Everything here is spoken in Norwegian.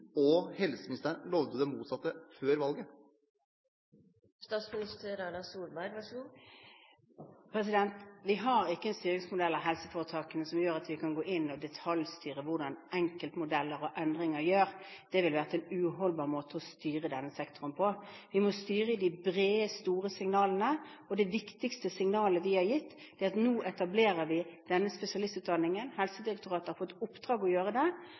og helseministeren lovde det motsatte før valget? Vi har ikke en styringsmodell av helseforetakene som gjør at vi kan gå inn og detaljstyre enkeltmodeller og endringer. Det ville vært en uholdbar måte å styre denne sektoren på. Vi må styre gjennom de brede, store signalene. Det viktigste signalet vi har gitt, er at nå etablerer vi denne spesialistutdanningen. Helsedirektoratet har fått i oppdrag å gjøre det. Og vi kommer til å ha sterkere nasjonal styring med innholdet og kvaliteten i akuttmottakene, som en del av det